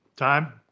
time